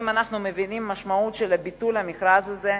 האם אנחנו מבינים את המשמעות של ביטול המכרז הזה?